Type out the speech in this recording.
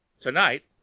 Tonight